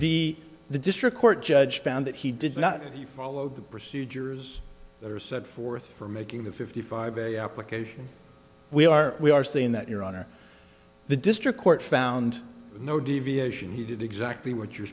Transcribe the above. the the district court judge found that he did not and you followed the procedures that are set forth for making the fifty five a application we are we are saying that your honor the district court found no deviation he did exactly what you're